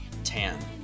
tan